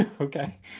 Okay